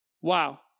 Wow